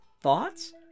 thoughts